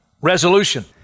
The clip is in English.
Resolution